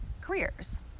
careers